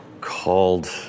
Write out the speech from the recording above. called